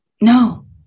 no